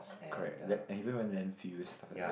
correct land~ even went landfill stuff like that